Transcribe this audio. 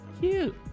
cute